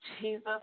Jesus